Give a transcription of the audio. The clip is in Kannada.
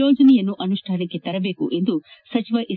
ಯೋಜನೆಯನ್ನು ಅನುಷ್ಠಾನಕ್ಕೆ ತರಬೇಕೆಂದು ಸಚಿವ ಎಸ್